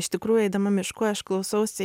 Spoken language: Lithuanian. iš tikrųjų eidama mišku aš klausausi